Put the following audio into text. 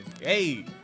Hey